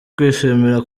kwishimira